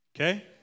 Okay